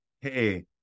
hey